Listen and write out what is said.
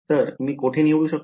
तर मी कोठे निवडू शकतो